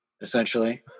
essentially